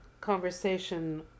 conversation